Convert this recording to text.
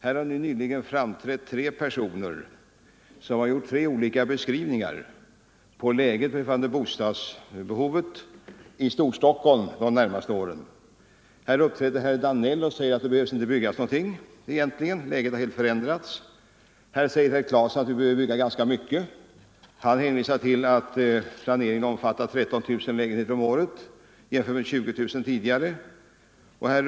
Här har nyss framträtt tre personer som gjort tre olika beskrivningar av läget beträffande bostadsbehovet i Storstockholm de närmaste åren. Herr Danell säger att det egentligen inte behöver byggas någonting, eftersom läget helt har förändrats. Herr Claeson säger att vi behöver bygga ganska mycket och hänvisar till att planeringen omfattar 13 000 lägenheter om året, jämfört med 20 000 tidigare.